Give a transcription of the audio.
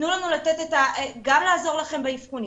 תנו לנו גם לעזור לכם באבחונים,